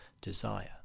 desire